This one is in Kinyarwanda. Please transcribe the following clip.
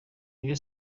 rayon